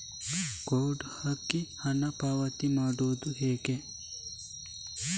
Code ಹಾಕಿ ಹಣ ಪಾವತಿ ಮಾಡೋದು ಹೇಗೆ?